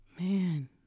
Man